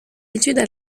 études